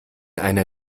einer